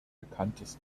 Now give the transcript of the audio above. bekanntes